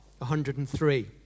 103